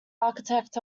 architect